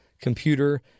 Computer